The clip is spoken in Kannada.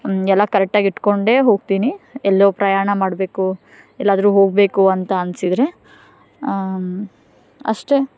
ಎಲ್ಲ ಕರೆಕ್ಟಾಗಿ ಇಟ್ಟುಕೊಂಡೇ ಹೋಗ್ತೀನಿ ಎಲ್ಲೋ ಪ್ರಯಾಣ ಮಾಡಬೇಕು ಎಲ್ಲಾದರೂ ಹೋಗಬೇಕು ಅಂತ ಅನಿಸಿದ್ರೆ ಅಷ್ಟೇ